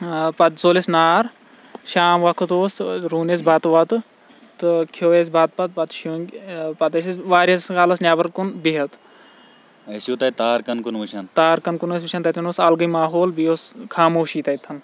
پَتہ زول اَسہ نار شام وَقت اوس روٚن اَسہِ بَتہٕ وَتہٕ تہٕ کھیٚو اَسہِ بَتہٕ پَتہٕ شٔنگۍ پَتہٕ ٲسۍ أسۍ وارِیاہَس کالَس نٮ۪بَر کُن بیٚہتھ ٲسِوٕ تَتہِ تارکَن کُن وُچھان تارکَن کُن ٲسۍ وُچھان تَتٮ۪ن اوس اَلگٕے ماحول بیٚیہ ٲسۍ خاموشی تَتتھ